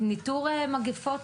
גם ניטור מגפות,